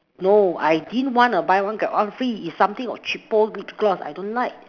no I didn't want a buy one get one free it's something a cheapo lip gloss I don't like